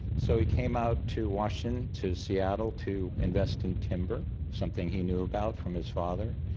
so he came out to washington, to seattle, to invest in timber, something he knew about from his father,